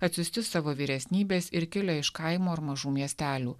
atsiųsti savo vyresnybės ir kilę iš kaimo ar mažų miestelių